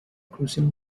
crucial